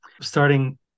starting